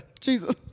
Jesus